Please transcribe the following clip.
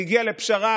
היא הגיעה לפשרה,